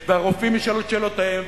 והרופאים ישאלו את שאלותיהם,